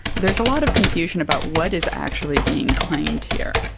there's a lot of confusion about what is actually being claimed here,